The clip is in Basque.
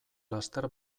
laster